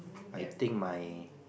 I think my